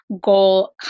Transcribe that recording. goal